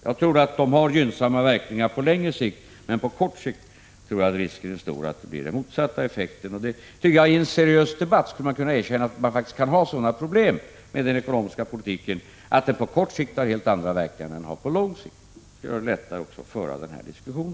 Jag tror att de har gynnsamma verkningar på längre sikt, men jag tror att risken är stor att effekten blir den motsatta på kort sikt. Jag tycker att man i en seriös debatt kan erkänna att man faktiskt kan ha sådana problem med den ekonomiska politiken — att den på kort sikt har helt andra verkningar än den har på lång sikt. Det gör det lättare att föra en diskussion.